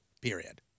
period